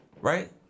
right